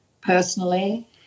personally